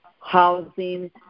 housing